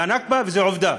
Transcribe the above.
הייתה נכבה, וזאת עובדה.